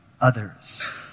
others